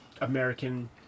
american